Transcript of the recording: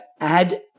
add